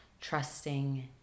trusting